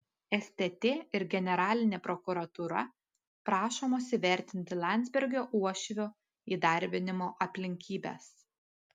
stt ir generalinė prokuratūra prašomos įvertinti landsbergio uošvio įdarbinimo aplinkybes